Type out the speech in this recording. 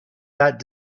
that